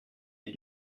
est